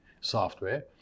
software